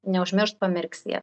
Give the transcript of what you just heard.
neužmiršt pamirksėt